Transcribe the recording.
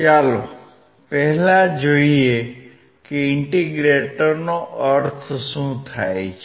ચાલો પહેલા જોઈએ કે ઇન્ટીગ્રેટરનો અર્થ શું છે